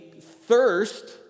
thirst